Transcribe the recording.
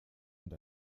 und